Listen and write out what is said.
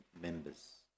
members